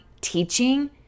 teaching